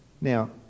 Now